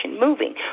moving